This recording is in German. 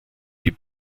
die